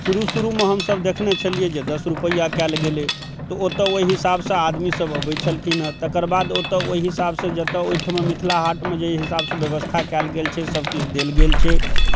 शुरू शुरूमे हमसब देखने छलियै जे दस रूपैआ कयल गेलै तऽ ओतऽ ओइ हिसाबसँ आदमी सब अबै छलखिन हँ तकर बाद ओतऽ ओइ हिसाबसँ जतऽ ओइठमा मिथिला हाटमे जाहि हिसाबसँ व्यवस्था कयल गेल छै सब किछु देल गेल छै